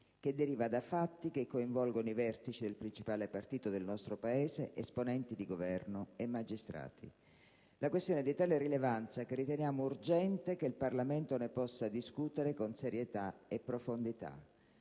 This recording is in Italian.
che deriva da fatti che coinvolgono i vertici del principale partito del nostro Paese, esponenti di governo e magistrati. La questione è di tale rilevanza che riteniamo urgente che il Parlamento ne possa discutere con serietà e profondità.